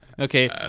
Okay